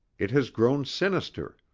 it has grown sinister.